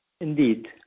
Indeed